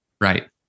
right